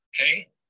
okay